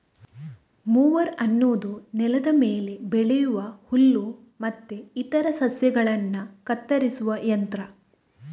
mower ಅನ್ನುದು ನೆಲದ ಮೇಲೆ ಬೆಳೆಯುವ ಹುಲ್ಲು ಮತ್ತೆ ಇತರ ಸಸ್ಯಗಳನ್ನ ಕತ್ತರಿಸುವ ಯಂತ್ರ